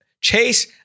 Chase